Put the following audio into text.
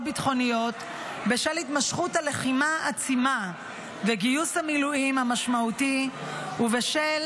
ביטחוניות בשל התמשכות הלחימה העצימה וגיוס המילואים המשמעותי ובשל